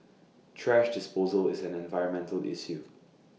thrash disposal is an environmental issue